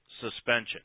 suspension